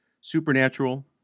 Supernatural